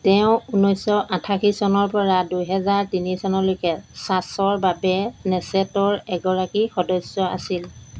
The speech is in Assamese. তেওঁ ঊনৈছশ আঠাশী চনৰ পৰা দুহেজাৰ তিনি চনলৈকে শ্বাছৰ বাবে নেছেটৰ এগৰাকী সদস্য আছিল